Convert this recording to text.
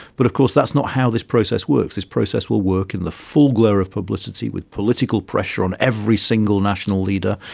but of course that's not how this process works, this process will work in the full glare of publicity, with political pressure on every single national leader,